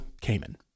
Cayman